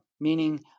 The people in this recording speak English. meaning